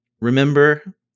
Remember